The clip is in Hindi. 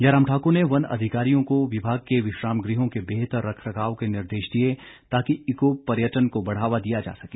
जयराम ठाक्र ने वन अधिकारियों को विभाग के विश्राम गृहों के बेहतर रखरखाव के निर्देश दिए ताकि इको पर्यटन को बढ़ावा दिया जा सके